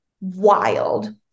wild